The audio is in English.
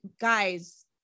Guys